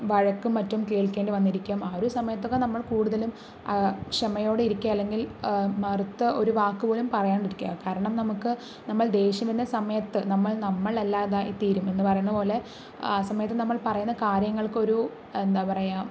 വഴക്കും മറ്റും കേള്ക്കേണ്ടി വന്നിരിക്കും ആ ഒരു സമയത്തൊക്കെ നമ്മള് കൂടുതലും ക്ഷമയോടെ ഇരിക്കുക അല്ലെങ്കില് മറുത്ത് ഒരു വാക്ക് പോലും പറയാണ്ടിരിക്കുക കാരണം നമുക്ക് നമ്മള് ദേഷ്യം വരുന്ന സമയത്ത് നമ്മള് നമ്മളല്ലാതായിത്തീരും എന്ന് പറയുന്നത് പോലെ ആ സമയത്ത് നമ്മള് പറയുന്ന കാര്യങ്ങള്ക്കൊരു എന്താ പറയുക